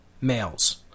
Males